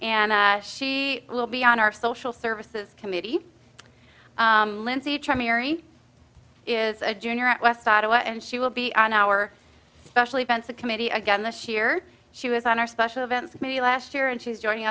and she will be on our social services committee lindsey try mary is a junior at west ottawa and she will be on our special events a committee again this year she was on our special events maybe last year and she is joining